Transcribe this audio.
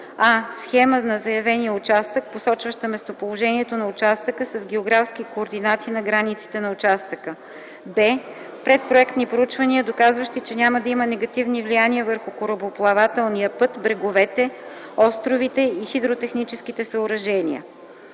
а) схема на заявения участък, посочваща местоположението на участъка с географски координати на границите на участъка; б) предпроектни проучвания, доказващи, че няма да има негативни влияния върху корабоплавателния път, бреговете, островите и хидротехническите съоръжения;